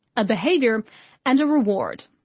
a behaviour and a reward.